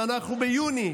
ואנחנו ביוני,